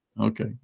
Okay